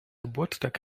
geburtstag